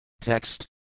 Text